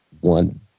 one